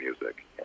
music